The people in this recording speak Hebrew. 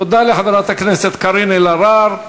תודה לחברת הכנסת קארין אלהרר.